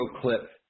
clip